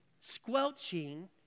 squelching